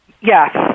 Yes